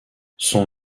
son